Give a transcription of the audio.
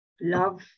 love